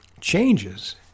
changes